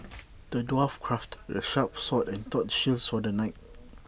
the dwarf crafted A sharp sword and A tough shield saw the knight